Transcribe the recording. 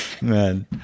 Man